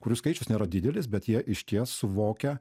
kurių skaičius nėra didelis bet jie išties suvokia